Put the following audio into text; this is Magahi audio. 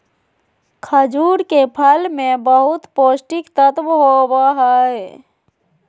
खजूर के फल मे बहुत पोष्टिक तत्व होबो हइ